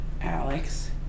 Alex